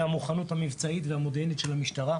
המוכנות המבצעית והמודיעינית של המשטרה.